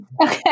Okay